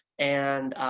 and